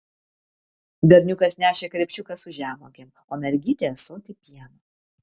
berniukas nešė krepšiuką su žemuogėm o mergytė ąsotį pieno